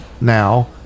now